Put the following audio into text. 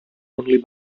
only